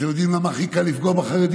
אתם יודעים למה הכי קל לפגוע בחרדים?